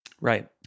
Right